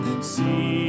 See